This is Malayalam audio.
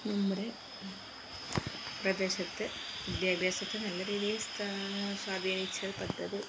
നമ്മുടെ പ്രദേശത്ത് വിദ്യാഭ്യാസത്തെ നല്ല രീതിയിൽ സ്വാധീനിച്ച പദ്ധതി